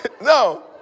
No